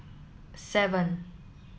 seven